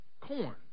Corn